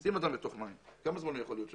אם אדם בתוך מים כמה זמן הוא יכול להיות שם?